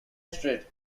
strait